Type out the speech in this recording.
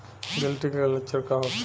गिलटी के लक्षण का होखे?